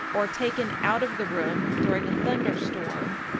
or taken out of the room during a thunder-storm,